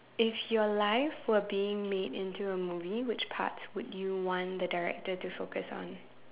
if your life were being made into a movie which parts would you want the director to focus on